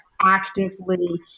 actively